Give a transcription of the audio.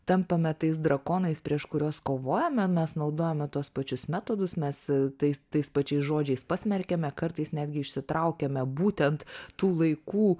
tampame tais drakonais prieš kuriuos kovojame mes naudojame tuos pačius metodus mes tais tais pačiais žodžiais pasmerkiame kartais netgi išsitraukiame būtent tų laikų